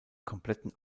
kompletten